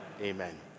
Amen